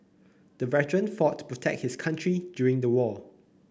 the veteran fought to protect his country during the war